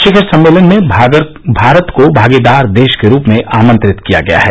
शिखर सम्मेलन में भारत को भागीदार देश के रूप में आमंत्रित किया गया है